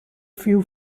few